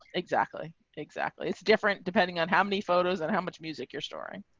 exactly. exactly. it's different. depending on how many photos and how much music your story.